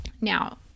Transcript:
now